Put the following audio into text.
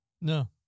No